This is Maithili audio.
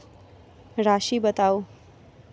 राशि बताउ